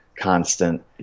constant